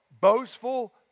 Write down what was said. boastful